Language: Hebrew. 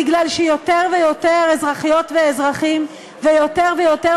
בגלל שיותר ויותר אזרחיות ואזרחים ויותר ויותר